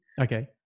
Okay